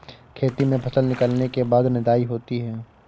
खेती में फसल निकलने के बाद निदाई होती हैं?